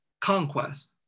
conquest